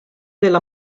della